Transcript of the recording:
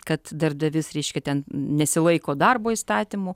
kad darbdavys reiškia ten nesilaiko darbo įstatymų